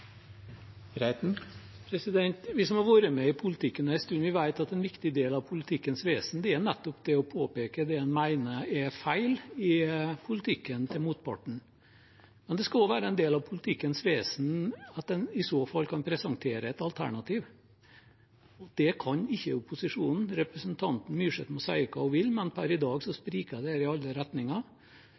Vi som har vært med i politikken en stund, vet at en viktig del av politikkens vesen nettopp er å påpeke det en mener er feil i motpartens politikk. Men det skal også være en del av politikkens vesen at en i så fall kan presentere et alternativ. Det kan ikke opposisjonen. Representanten Myrseth kan si hva hun vil, men per i dag spriker det i alle retninger.